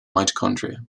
mitochondria